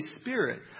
Spirit